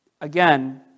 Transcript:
again